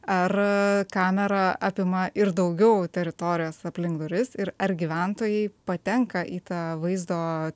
ar kamera apima ir daugiau teritorijos aplink duris ir ar gyventojai patenka į tą vaizdo